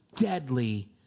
deadly